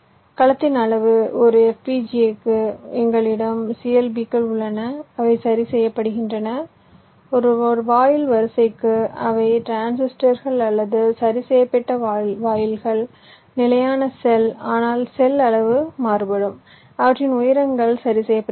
கலத்தின் அளவு ஒரு FPGA க்கு எங்களிடம் CLB கள் உள்ளன அவை சரி செய்யப்படுகின்றன ஒரு வாயில் வரிசைக்கு அவை டிரான்சிஸ்டர்கள் அல்லது சரி செய்யப்பட்ட வாயில்கள் நிலையான செல் ஆனால் செல் அளவு மாறுபடும் அவற்றின் உயரங்கள் சரி செய்யப்படுகின்றன